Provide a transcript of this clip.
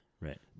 Right